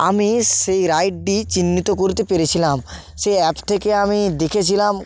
আমি সেই রাইডটি চিহ্নিত করতে পেরেছিলাম সেই অ্যাপ থেকে আমি দেখেছিলাম